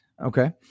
Okay